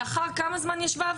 הוועדה ישבה לאחר יותר משנה.